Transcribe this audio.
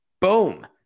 boom